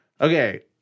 Okay